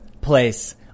place